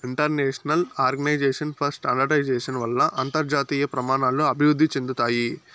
international organisation for standardisation వల్ల అంతర్జాతీయ ప్రమాణాలు అభివృద్ధి చెందుతాయి